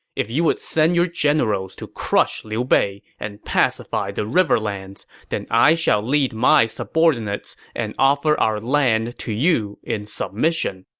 if you would send your generals to crush liu bei and pacify the riverlands, then i shall lead my subordinates and offer our land to you in submission.